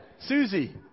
Susie